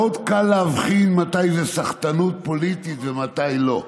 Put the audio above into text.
מאוד קל להבחין מתי זו סחטנות פוליטית ומתי לא.